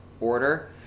order